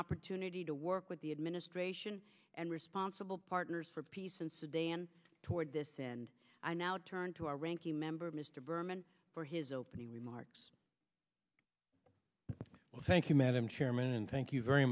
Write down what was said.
opportunity to work with the administration and responsible partners for peace in sudan toward this and i now turn to our ranking member mr berman for his opening remarks well thank you madam chairman thank you very